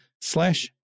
slash